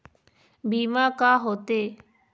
बीमा का होते?